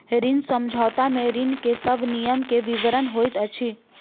ऋण समझौता में ऋण के सब नियम के विवरण होइत अछि